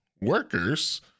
workers